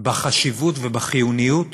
בחשיבות ובחיוניות